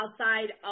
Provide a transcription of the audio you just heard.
outside